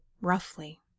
roughly